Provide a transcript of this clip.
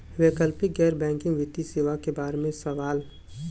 वैकल्पिक गैर बैकिंग वित्तीय सेवा के बार में सवाल?